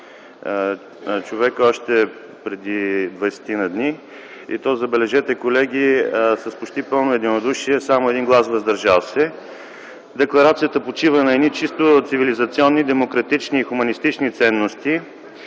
човека още преди двайсетина дни. Забележете, колеги, с почти пълно единодушие – само 1 глас „въздържал се”. Декларацията почива на едни чисто цивилизационни, демократични и хуманистични ценности